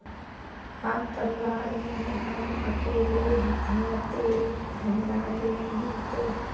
हम परिवार में हम अकेले है ते हमरा लोन मिलते?